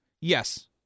Yes